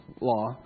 law